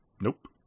Nope